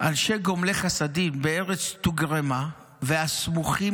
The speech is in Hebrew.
אנשי גומלי חסדים בארץ תוגרמא והסמוכים